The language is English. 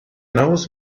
knows